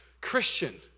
Christian